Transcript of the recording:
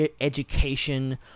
education